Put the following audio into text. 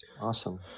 Awesome